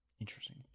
Interesting